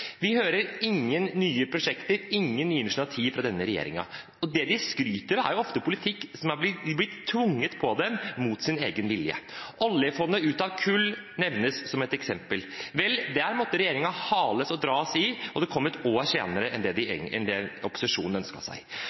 Vi hører ikke om nye prosjekter, ingen nye initiativ fra denne regjeringen. Det de skryter av, er ofte politikk som er blitt tvunget på dem mot deres egen vilje. Oljefondet ut av kullselskaper, nevnes som et eksempel. Vel, der måtte regjeringen hales og dras i, og det kom et år senere enn det opposisjonen ønsket seg. Klimalov hører vi de